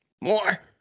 More